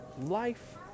Life